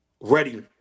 ready